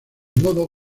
modo